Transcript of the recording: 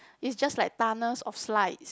it's just like tunnel of slides